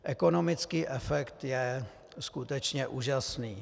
Ekonomický efekt je skutečně úžasný.